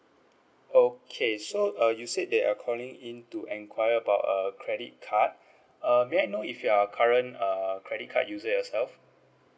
okay so uh you said that are calling in to enquire about uh credit card uh may I know if you're current err credit card user yourself